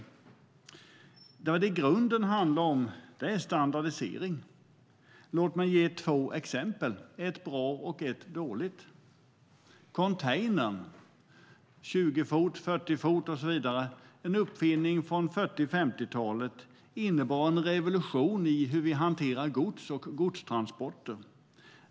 Vad det i grunden handlar om är standardisering. Låt mig ge två exempel, ett bra och ett dåligt. Containern - 20 fot, 40 fot och så vidare; en uppfinning från 1940-1950-talet - innebar en revolution i hur vi hanterar gods och godstransporter.